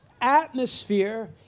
atmosphere